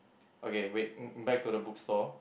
okay wait mm back to the book store